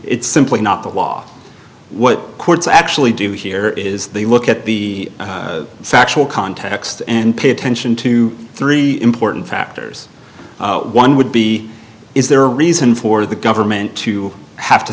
it's simply not the law what courts actually do here is they look at the factual context and pay attention to three important factors one would be is there reason for the government to have to